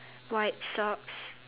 white socks